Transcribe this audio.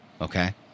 okay